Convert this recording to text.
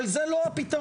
אבל זה לא הפתרון.